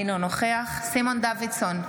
אינו נוכח סימון דוידסון,